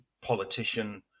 politician